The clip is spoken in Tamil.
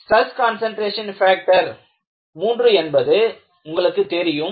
ஸ்ட்ரெஸ் கான்சன்ட்ரேஷன் பாக்டர் 3 என்பது உங்களுக்கு தெரியும்